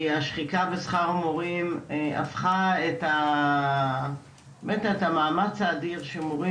כי השחיקה בשכר המורים הפכה את המאמץ האדיר שמורים